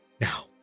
now